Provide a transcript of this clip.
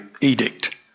edict